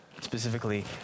Specifically